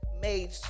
made